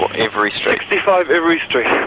but every street. sixty five every street. yeah